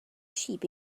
sheep